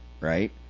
right